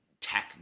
tech